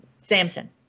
Samson